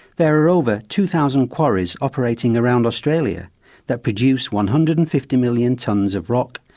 there are over two thousand quarries operating around australia that produce one hundred and fifty million tonnes of rock,